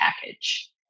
package